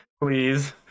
please